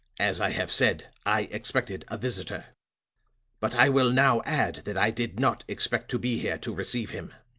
as i have said, i expected a visitor but i will now add that i did not expect to be here to receive him.